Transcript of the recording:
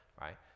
right